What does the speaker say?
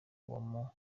w’umurenge